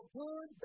good